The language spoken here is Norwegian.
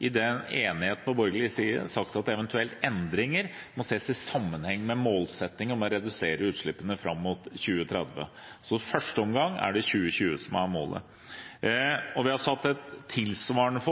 enigheten på borgerlig side – sagt at eventuelle endringer må ses i sammenheng med målsettingen om å redusere utslippene fram mot 2030. I første omgang er det 2020 som er målet. Vi har satt et tilsvarende